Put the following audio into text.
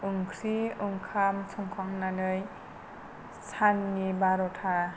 ओंख्रि ओंखाम संखांनानै साननि बार'था